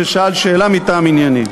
ששאל שאלה מטעם ענייני.